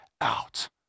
out